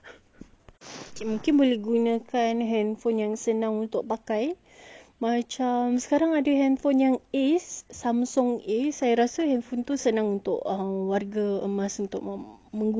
mungkin boleh guna handphone yang senang untuk pakai macam sekarang ada handphone ace samsung ace saya rasa itu senang untuk warga emas menggunakannya lah